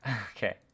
Okay